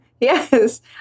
yes